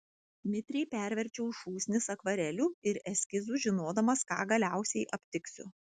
mitriai perverčiau šūsnis akvarelių ir eskizų žinodamas ką galiausiai aptiksiu